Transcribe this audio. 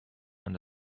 and